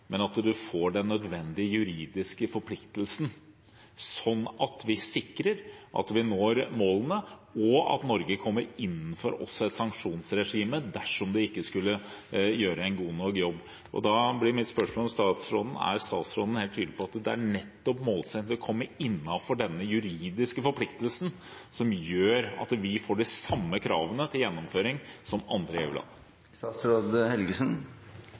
men at man får den nødvendige juridiske forpliktelsen sånn at vi sikrer at vi når målene, og at Norge også kommer innenfor et sanksjonsregime dersom vi ikke skulle gjøre en god nok jobb. Da blir mitt spørsmål til statsråden: Er statsråden helt tydelig på at det nettopp er en målsetting å komme innenfor den juridiske forpliktelsen som gjør at vi får de samme kravene til gjennomføring som andre